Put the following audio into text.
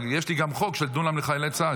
יש לי גם חוק של דונם לחיילי צה"ל,